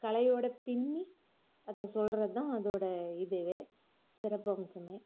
கலையோட பிண்ணி அதை சொல்லுறதான் அதோடய இதுவே சிறப்பு அம்சமே